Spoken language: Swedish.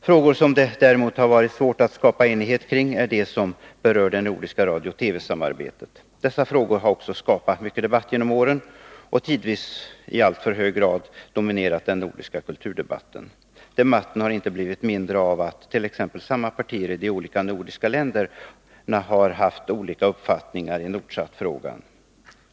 Frågor som det däremot har varit svårt att skapa enighet kring är de som berör det nordiska radiooch TV-samarbetet. Dessa frågor har också skapat mycket debatt genom åren och tidvis i alltför hög grad dominerat den nordiska kulturdebatten. Debatten har inte blivit mindre av att t.ex. samma partier i de olika nordiska länderna har haft olika uppfattningar i Nordsatfrågan.